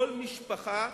כל משפחה,